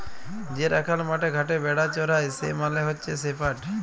যে রাখাল মাঠে ঘাটে ভেড়া চরাই সে মালে হচ্যে শেপার্ড